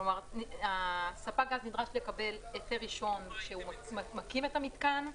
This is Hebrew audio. כלומר ספק הגז נדרש לקבל היתר ראשון כשהוא מקים את המתקן,